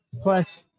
plus